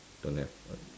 don't have